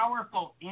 powerful